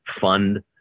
fund